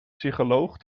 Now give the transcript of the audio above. psycholoog